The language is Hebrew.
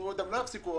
מה זה אומר?